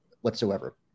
whatsoever